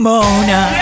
Mona